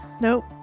Nope